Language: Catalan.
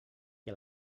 que